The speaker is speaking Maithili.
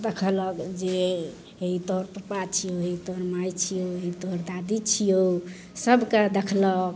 देखलक जे हे ई तोहर पप्पा छिऔ हे ई तोहर माइ छिऔ हे ई तोहर दादी छिऔ सभकेँ देखलक